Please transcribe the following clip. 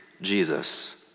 Jesus